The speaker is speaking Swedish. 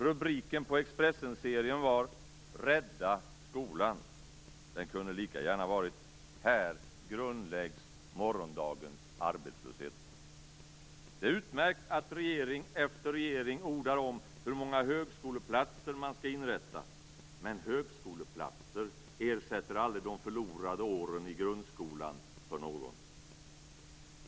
Rubriken på Expressenserien var: Rädda skolan. Den kunde lika gärna varit: Här grundläggs morgondagens arbetslöshet. Det är utmärkt att regering efter regering ordar om hur många högskoleplatser man skall inrätta. Men högskoleplatser ersätter aldrig de förlorade åren i grundskolan för någon.